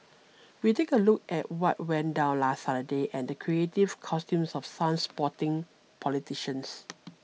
we take a look at what went down last Saturday and the creative costumes of some sporting politicians